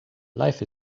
life